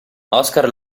oscar